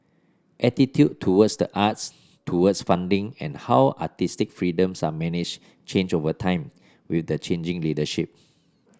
attitudes towards the arts towards funding and how artistic freedoms are managed change over time with the changing leadership